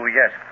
yes